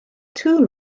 too